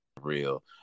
real